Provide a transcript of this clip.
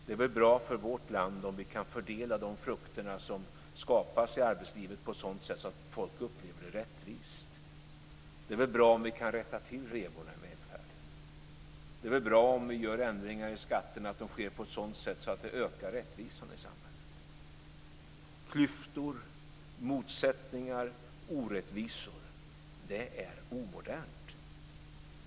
Det är väl bra för vårt land om vi kan fördela de frukter som skapas i arbetslivet på ett sådant sätt att människor upplever det som rättvist. Det är väl bra om vi kan laga revorna i välfärden. Det är väl bra om de ändringar vi gör i skatterna sker på ett sådant sätt att det ökar rättvisan i samhället. Klyftor, motsättningar, orättvisor är omodernt.